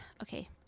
okay